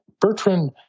Bertrand